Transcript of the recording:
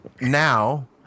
now